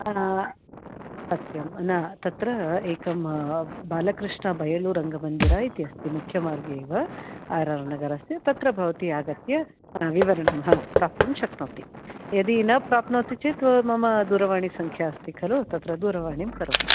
न तत्र एकं बालकृष्णबयलुररङ्गमन्दिरम् इति अस्ति मुख्यमार्गे एव आर् आर् नगरस्य तत्र भवती आगत्य विवरणं प्राप्तुं शक्नोति यदि न प्राप्नोति चेत् मम दूरवाणीसंख्या अस्ति खलु दूरवाणीं करोतु